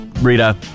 Rita